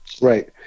Right